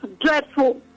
dreadful